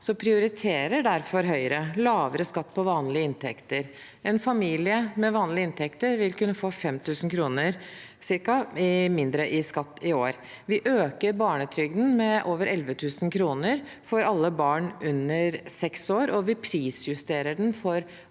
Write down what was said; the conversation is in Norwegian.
om, prioriterer derfor Høyre lavere skatt på vanlige inntekter. En familie med vanlig inntekt vil kunne få ca. 5 000 kr mindre i skatt i år. Vi øker barnetrygden med over 11 000 kr for alle barn under